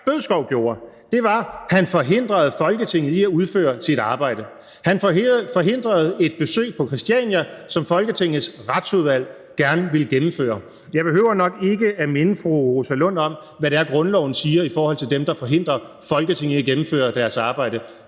Bødskov gjorde, var, at han forhindrede Folketinget i at udføre sig arbejde. Han forhindrede et besøg på Christiania, som Folketingets Retsudvalg gerne ville gennemføre. Jeg behøver nok ikke at minde fru Rosa Lund om, hvad det er grundloven siger i forhold til dem, der forhindrer Folketinget i at gennemføre deres arbejde;